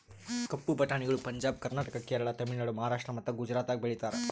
ಕಪ್ಪು ಬಟಾಣಿಗಳು ಪಂಜಾಬ್, ಕರ್ನಾಟಕ, ಕೇರಳ, ತಮಿಳುನಾಡು, ಮಹಾರಾಷ್ಟ್ರ ಮತ್ತ ಗುಜರಾತದಾಗ್ ಬೆಳೀತಾರ